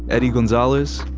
eddie gonzalez,